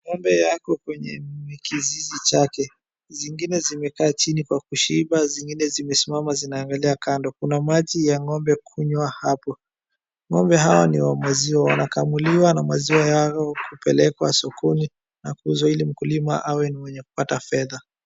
Ng'ombe yako kwenye kizizi chake. Zingine zimekaa chini kwa kushiiba zingine zimesimama zinaangalia kando. Kuna maji ya ng'ombe kunywa hapo. Ng'ombe hawa ni wa maziwa. Wanakamuliwa na maziwa yao kupelekwa sokoni na kuuzwa na mkulima ili awe mwenye kupata fedha.